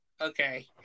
Okay